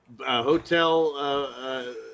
Hotel